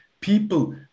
people